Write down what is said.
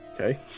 Okay